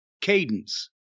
cadence